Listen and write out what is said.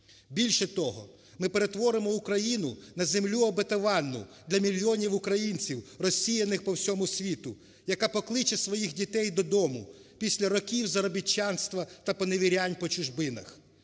Більше того, ми перетворимо Україну на "землю обетованну" для мільйонів українців, розсіяних по всьому світу, яка покличе своїх дітей додому після років заробітчанства та поневірянь по чужбинах.